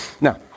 Now